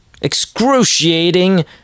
excruciating